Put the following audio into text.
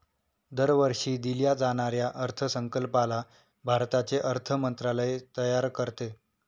दरवर्षी दिल्या जाणाऱ्या अर्थसंकल्पाला भारताचे अर्थ मंत्रालय तयार करते